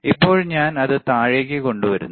ഇപ്പോൾ ഞാൻ അത് താഴേക്ക് കൊണ്ടുവരുന്നു